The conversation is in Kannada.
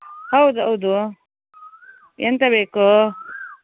ಹೌದು ಹೌದು ಎಂತ ಬೇಕು